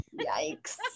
Yikes